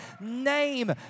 name